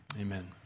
Amen